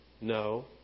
no